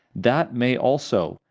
that may also,